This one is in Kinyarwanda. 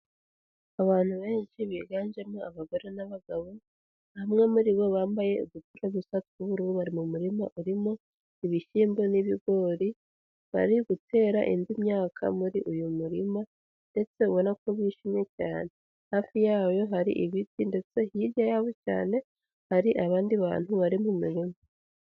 Abantu benshi biganjemo abagore n'abagabo, bamwe muri bo bambaye udupira dusa tw'ubururu bari mu murima urimo ibishyimbo n'ibigori, bari gutera indi myaka muri uyu murima ndetse ubona ko bishimye cyane, hafi yayo hari ibiti ndetse hirya yabo cyane hari abandi bantu bari mu mirima.